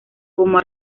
como